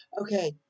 Okay